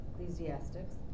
Ecclesiastics